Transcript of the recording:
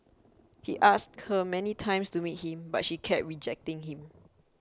he asked her many times to meet him but she kept rejecting him